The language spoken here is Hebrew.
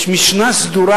יש משנה סדורה,